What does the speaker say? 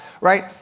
right